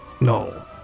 no